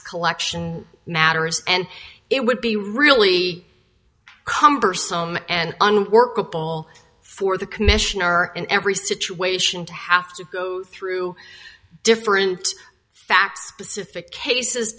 collection matters and it would be really cumbersome and unworkable for the commissioner in every situation to have to go through different fact specific cases